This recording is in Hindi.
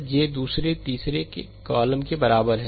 तो यह j दूसरे तीसरे कॉलम के बराबर है